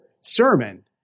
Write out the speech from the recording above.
sermon